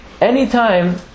Anytime